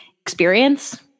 experience